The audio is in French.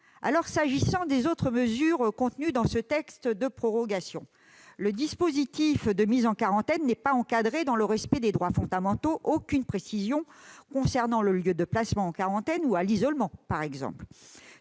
! S'agissant des autres mesures contenues dans ce texte de prorogation, le dispositif de mise en quarantaine n'est pas encadré dans le respect des droits fondamentaux ; il n'y a par exemple aucune précision concernant le lieu de placement en quarantaine ou à l'isolement. Tout ne